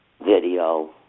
video